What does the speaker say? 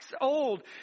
old